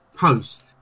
post